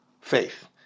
faith